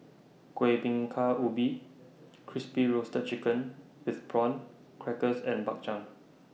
Kueh Bingka Ubi Crispy Roasted Chicken with Prawn Crackers and Bak Chang